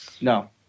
No